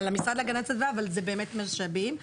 על המשרד להגנת הסביבה אבל זה באמת משאבים,